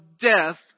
death